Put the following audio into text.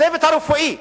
הצוות הרפואי,